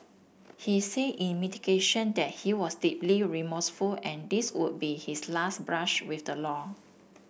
he say in mitigation that he was deeply remorseful and this would be his last brush with the law